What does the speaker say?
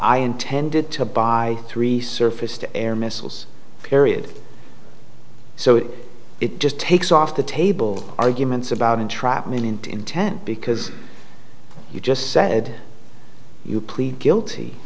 i intended to buy three surface to air missiles period so it it just takes off the table arguments about entrapment into intent because you just said you plead guilty